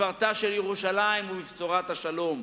תפארתה של ירושלים היא בבשורת השלום,